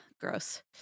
gross